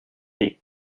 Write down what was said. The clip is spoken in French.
des